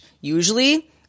usually